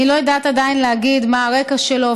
אני לא יודעת עדיין להגיד מה הרקע שלו,